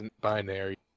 binary